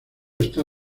está